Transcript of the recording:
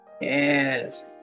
Yes